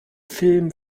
film